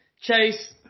Chase